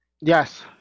Yes